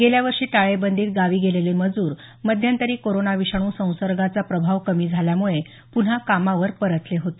गेल्यावर्षी टाळेबंदीत गावी गेलेले मजूर मध्यंतरी कोरोना विषाणू संसर्गाचा प्रभाव कमी झाल्यामुळे पुन्हा कामावर परतले होते